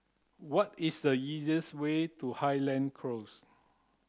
what is the easiest way to Highland Close